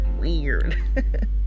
weird